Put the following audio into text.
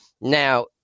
Now